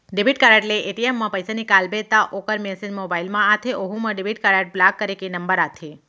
debit card ले ATM म पइसा निकालबे त ओकर मेसेज मोबाइल म आथे ओहू म डेबिट कारड ब्लाक करे के नंबर आथे